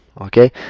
Okay